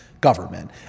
government